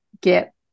get